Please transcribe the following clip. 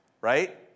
right